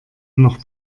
noch